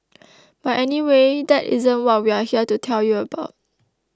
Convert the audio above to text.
but anyway that isn't what we're here to tell you about